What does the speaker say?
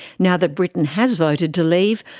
now that britain has voted to leave,